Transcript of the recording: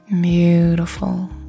Beautiful